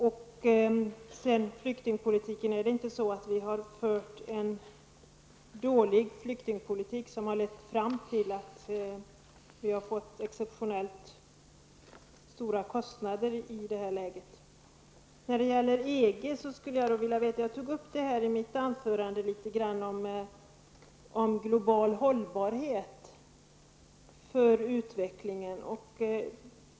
För det andra kan man fråga: Är det inte så att vi har fört en dålig flyktingpolitik, som lett till att vi i det här läget har fått exeptionellt stora kostnader? Jag talade i mitt anförande litet grand om global hållbarhet för utvecklingen.